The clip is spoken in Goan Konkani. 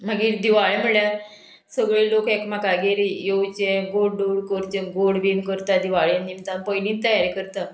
मागीर दिवाळे म्हळ्यार सगळे लोक एकामेकागेर येवचे गोड दोड करचे गोड बीन करता दिवाळेन निमता पयलीच तयारी करता